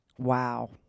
wow